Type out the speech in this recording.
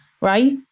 right